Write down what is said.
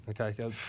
Okay